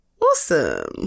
Awesome